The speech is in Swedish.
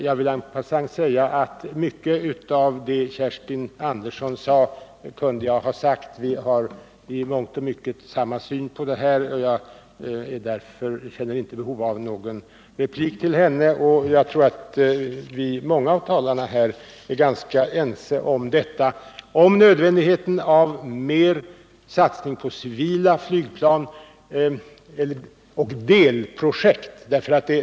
Jag vill säga att mycket av det som Kerstin Andersson sade kunde jag ha sagt. Vi har i mångt och mycket samma syn på denna fråga. Jag känner därför inte behov av någon replik till henne. Jag tror att många av talarna är ganska ense om nödvändigheten av ökad satsning på civila flygplan och delprojekt.